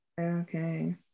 Okay